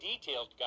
detailed